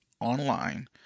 online